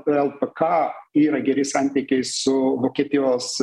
el pe ka yra geri santykiai su vokietijos